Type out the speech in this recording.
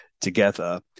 together